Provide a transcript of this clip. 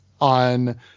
on